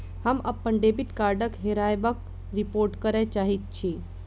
हम अप्पन डेबिट कार्डक हेराबयक रिपोर्ट करय चाहइत छि